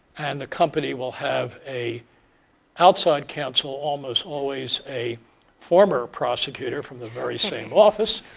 and the company will have a outside council, almost always a former prosecutor from the very same office,